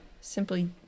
simply